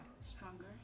stronger